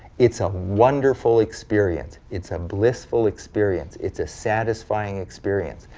it's a wonderful experience. it's a blissful experience. it's a satisfying experience.